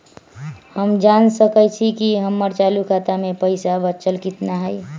हम जान सकई छी कि हमर चालू खाता में पइसा बचल कितना हई